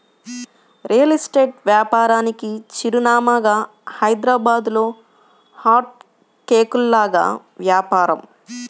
real estate వ్యాపారానికి చిరునామాగా హైదరాబాద్లో హాట్ కేకుల్లాగా వ్యాపారం